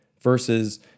versus